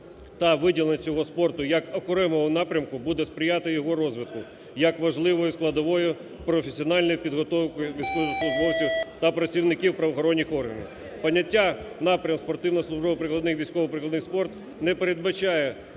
та виділення цього спорту, як окремого напрямку, буде сприяти його розвитку, як важливої складової професіональної підготовки військовослужбовців та працівників правоохоронних органів. Поняття напрям спортивний службово-прикладний, військово-прикладний спорт не передбачає